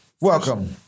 Welcome